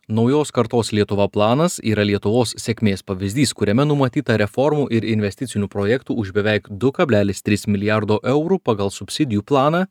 naujos kartos lietuva planas yra lietuvos sėkmės pavyzdys kuriame numatyta reformų ir investicinių projektų už beveik du kablelis tris milijardo eurų pagal subsidijų planą